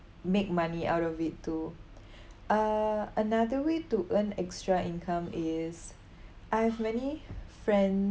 make money out of it to uh another way to earn extra income is I've many friends